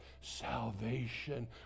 salvation